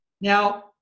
Now